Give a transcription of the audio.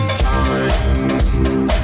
times